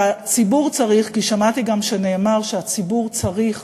והציבור צריך, כי שמעתי גם שנאמר שהציבור צריך